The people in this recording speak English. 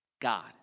God